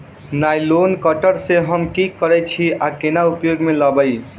Nylon cutter सँ हम की करै छीयै आ केना उपयोग म लाबबै?